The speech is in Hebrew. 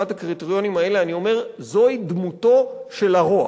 הקריטריונים האלה אני אומר: זוהי דמותו של הרוע,